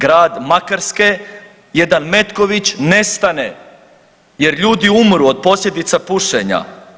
Grad Makarske, jedan Metković nestane jer ljudi umru od posljedica pušenja.